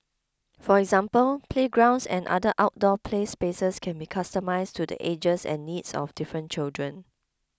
for example playgrounds and other outdoor play spaces can be customised to the ages and needs of different children